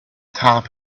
top